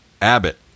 abbott